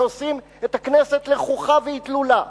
שעושים את הכנסת לחוכא ואטלולא,